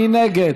מי נגד?